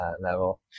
level